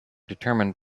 determined